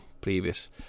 previous